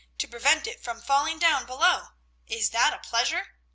to prevent it from falling down below is that a pleasure?